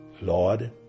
Lord